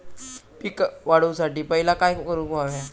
पीक वाढवुसाठी पहिला काय करूक हव्या?